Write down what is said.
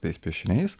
tais piešiniais